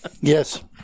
yes